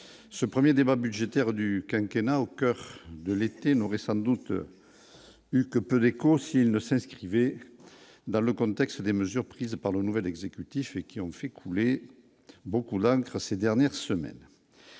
ce 1er débat budgétaire du quinquennat au coeur de l'été n'aurait sans doute eu que peu d'écho, si elle ne s'inscrivait dans le contexte des mesures prises par le nouvel exécutif et qui ont fait couler beaucoup l'homme ces dernières semaines,